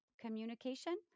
communication